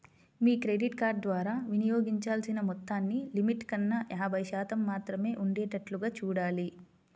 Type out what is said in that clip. మీ credit card ద్వారా వినియోగించాల్సిన మొత్తాన్ని లిమిట్ కన్నా యాభై శాతం మాత్రమే ఉండేటట్లుగా చూడాలి